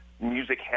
music